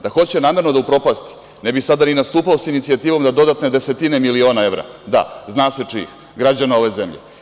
Da hoće namerno da upropasti, ne bi sada ni nastupao sa inicijativom da dodatne desetine miliona evra da, zna se čijih, građana ove zemlje.